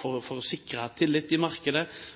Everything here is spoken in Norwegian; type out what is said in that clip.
for å sikre tillit i markedet og for